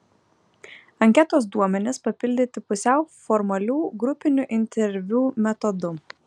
anketos duomenys papildyti pusiau formalių grupinių interviu metodu